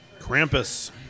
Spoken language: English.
Krampus